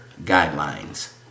guidelines